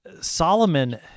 Solomon